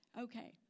okay